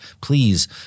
Please